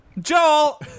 Joel